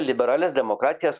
liberalias demokratijas